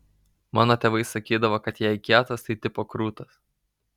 mano tėvai sakydavo kad jei kietas tai tipo krūtas